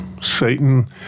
Satan